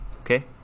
okay